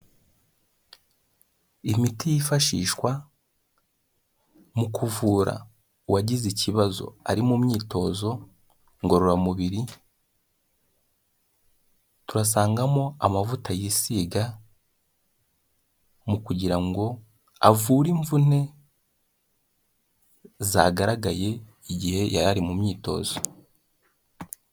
Imiti yifashishwa mu kuvura uwagize ikibazo ari mu myitozo ngororamubiri, turasangamo amavuta yisiga mu kugira ngo avure imvune zagaragaye igihe yari ari mu myitozo.